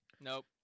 Nope